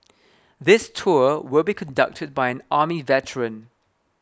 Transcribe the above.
this tour will be conducted by an army veteran